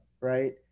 right